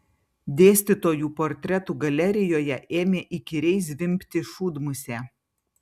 dėstytojų portretų galerijoje ėmė įkyriai zvimbti šūdmusė